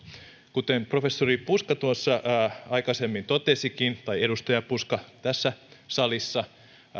kuten professori puska tuossa aikaisemmin totesikin tai edustaja puska tässä salissa